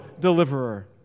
deliverer